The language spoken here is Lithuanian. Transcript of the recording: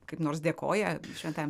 kaip nors dėkoja šventajam